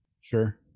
Sure